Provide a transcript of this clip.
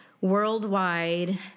worldwide